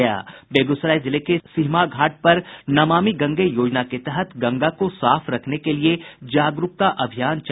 बेगूसराय जिले के सिहमा घाट पर नमामि गंगे योजना के तहत गंगा को साफ रखने के लिए जागरूकता अभियान चलाया गया